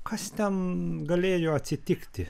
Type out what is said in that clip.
kas ten galėjo atsitikti